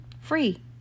free